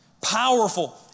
Powerful